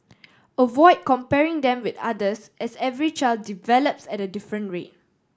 avoid comparing them with others as every child develops at a different rate